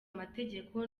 amategeko